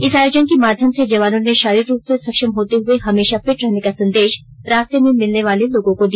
इस आयोजन के माध्यम से जवानों ने शारीरिक रूप से सक्षम होते हुए हमेशा फिट रहने का संदेश रास्ते में मिलने वाले लोगों को दिया